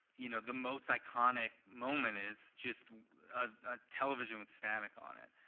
you know the most iconic moment is just a television with static on it.